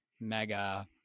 mega